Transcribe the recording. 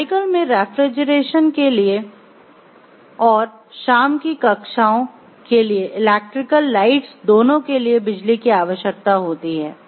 medical में refrigeration के लिए और शाम की कक्षाओं के लिए इलेक्ट्रीकल लाइट्स दोनों के लिए बिजली की आवश्यकता होती है